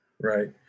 Right